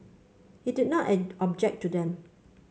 he did not object to them